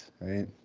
right